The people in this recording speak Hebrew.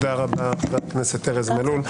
תודה רבה לחבר הכנסת ארז מלול.